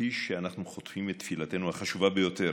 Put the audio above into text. כפי שאנחנו חותמים את תפילתנו החשובה ביותר,